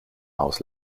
haus